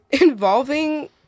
involving